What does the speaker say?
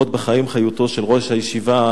עוד בחיים חיותו של ראש הישיבה,